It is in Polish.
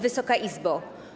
Wysoka Izbo!